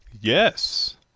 Yes